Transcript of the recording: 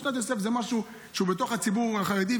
משנת יוסף זה משהו שהוא בתוך הציבור החרדי.